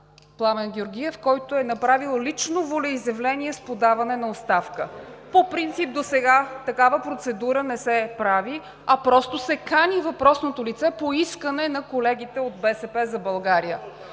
Пламен Георгиев, който е направил лично волеизявление с подаване на оставка. По принцип досега такава процедура не се прави, а просто се кани въпросното лице по искане на колегите от „БСП за България“.